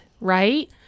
right